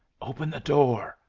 open the door,